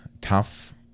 tough